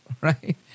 right